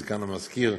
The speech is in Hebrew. סגן המזכיר: